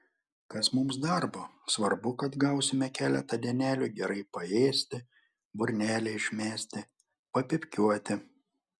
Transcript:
kas mums darbo svarbu kad gausime keletą dienelių gerai paėsti burnelę išmesti papypkiuoti